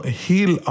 heal